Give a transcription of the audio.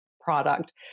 product